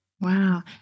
Wow